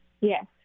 Yes